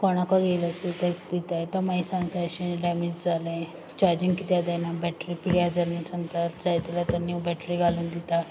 कोणाको घेयलो चोय तेक दिताय तो मागीर सांगता अशें डेमेज जालें चार्जिंग कित्या जायना बॅटरी पिड्ड्यार जाली म्हूण सांगतात जायते फावटी न्यू बॅटरी घालून दितात